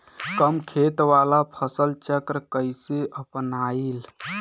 कम खेत वाला फसल चक्र कइसे अपनाइल?